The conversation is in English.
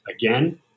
Again